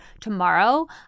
tomorrow